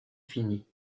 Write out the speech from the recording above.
fini